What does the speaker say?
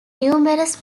numerous